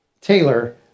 Taylor